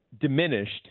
diminished